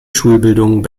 schulbildung